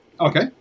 Okay